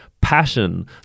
passion